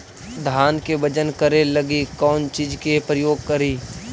धान के बजन करे लगी कौन चिज के प्रयोग करि?